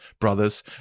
brothers